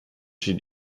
steht